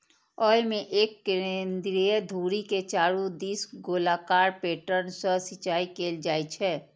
अय मे एक केंद्रीय धुरी के चारू दिस गोलाकार पैटर्न सं सिंचाइ कैल जाइ छै